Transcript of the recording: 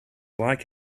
like